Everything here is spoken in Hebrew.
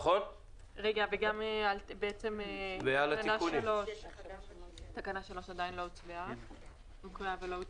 וגם על תקנה 3 שהוקראה ולא הוצבעה.